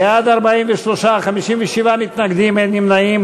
בעד, 43, 57 מתנגדים, אין נמנעים.